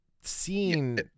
seeing